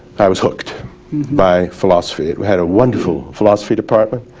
i was hooked by philosophy, it had a wonderful philosophy department,